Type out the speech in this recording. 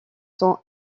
son